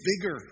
bigger